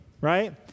right